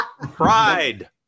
Pride